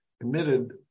committed